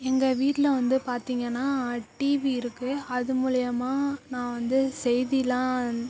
எங்கள் வீட்டில் வந்து பார்த்திங்கன்னா டிவி இருக்குது அது மூலிமா நான் வந்து செய்திலாம்